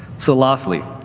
so lastly,